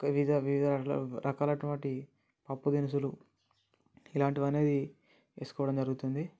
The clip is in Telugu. ఇంకా వివిధ రకాలైనటువంటి పప్పు దినుసులు ఇలాంటివి అనేది వేసుకోవడం జరుగుతుంది